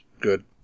Good